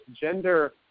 gender